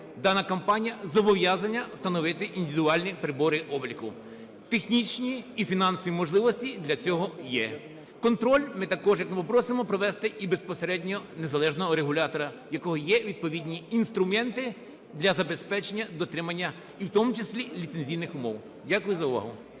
дана компанія зобов'язана встановити індивідуальні прибори обліку. Технічні і фінансові можливості для цього є. Контроль ми також просимо провести і безпосередньо незалежного регулятора, в якого є відповідні інструменти для забезпечення дотримання і в тому числі ліцензійних умов. Дякую за увагу.